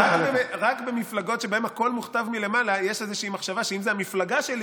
רק במפלגות שבהן הכול מוכתב מלמעלה יש איזושהי מחשבה שאם זו המפלגה שלי,